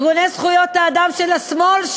ארגוני זכויות האדם של השמאל,